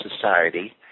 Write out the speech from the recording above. society